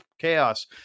chaos